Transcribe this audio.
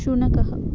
शुनकः